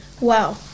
Wow